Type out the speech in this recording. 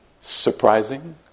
surprising